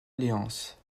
alliance